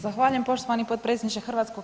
Zahvaljujem poštovani potpredsjedniče HS.